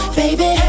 baby